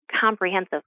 comprehensive